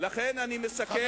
אני מסכם